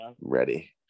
Ready